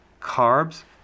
Carbs